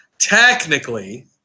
technically